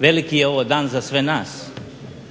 Veliki je ovo dan za sve nas,